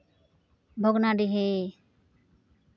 Bhognadih